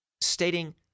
stating